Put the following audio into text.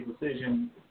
decision